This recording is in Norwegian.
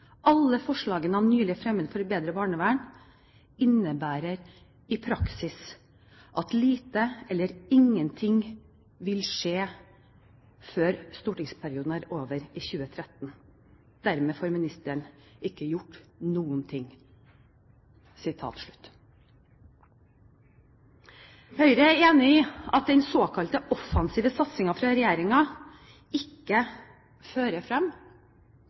Alle forslagene han nylig fremmet for et bedre barnevern, innebærer i praksis at lite eller ingen ting vil skje før stortingsperioden er over i 2013. Dermed får ikke ministeren gjort noen ting.» Høyre er enig i at den såkalt offensive satsingen fra regjeringen ikke fører frem